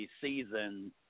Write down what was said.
season